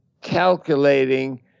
calculating